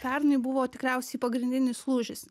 pernai buvo tikriausiai pagrindinis lūžis